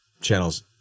channels